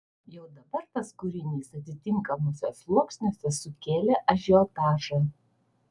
jau dabar tas kūrinys atitinkamuose sluoksniuose sukėlė ažiotažą